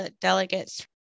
delegates